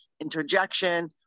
Interjection